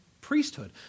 priesthood